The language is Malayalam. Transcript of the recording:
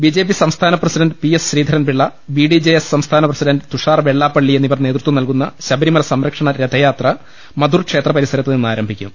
ബി ജെ പി സംസ്ഥാന president P S Sreedharan Pillai B D J S സംസ്ഥാന പ്രസിഡണ്ട് തുഷാർ വെള്ളാപ്പള്ളി എന്നിവർ നേതൃത്വം നൽകുന്ന ശബരിമല സംരക്ഷണ രഥയാത്ര മധുർ ക്ഷേത്രപരിസരത്തു നിന്നാരംഭിക്കും